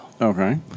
Okay